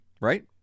right